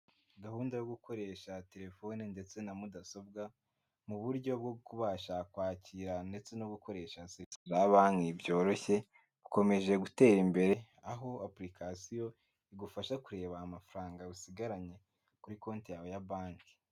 Gahunda yo gukoresha telefone ndetse na mudasobwa, mu buryo bwo kubasha kwakira ndetse no gukoresha banki byoroshye, ukomeje gutera imbere aho application igufasha kureba amafaranga usigaranye kuri konti yawe ya banki.